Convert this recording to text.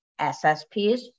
SSPs